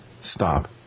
Stop